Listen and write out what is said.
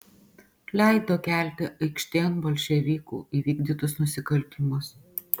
leido kelti aikštėn bolševikų įvykdytus nusikaltimus